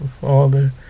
Father